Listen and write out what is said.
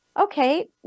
Okay